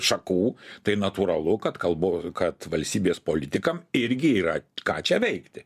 šakų tai natūralu kad kalbu kad valstybės politikam irgi yra ką čia veikti